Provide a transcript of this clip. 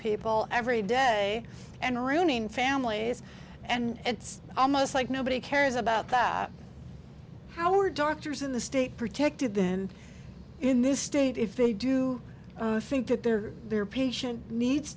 people every day and ruining families and it's almost like nobody cares about that how are doctors in the state protected then in this state if they do think that their their patient needs